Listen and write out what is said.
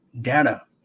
data